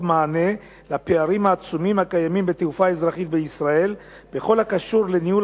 מענה על הפערים העצומים הקיימים בתעופה אזרחית בישראל בכל הקשור לניהול